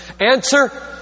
Answer